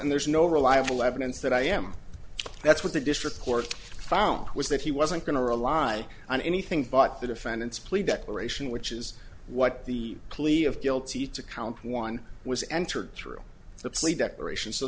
and there's no reliable evidence that i am that's what the district court found was that he wasn't going to rely on anything but the defendant's plea declaration which is what the plea of guilty to count one was entered through the plea declaration so